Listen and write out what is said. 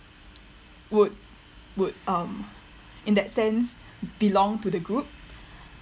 would would um in that sense belong to the group